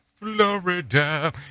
Florida